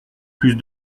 plus